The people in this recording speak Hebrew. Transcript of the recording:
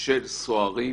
של סוהרים